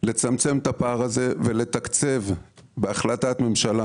לצמצם את הפער הזה ולתקצב בהחלטת ממשלה